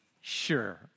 Sure